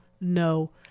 no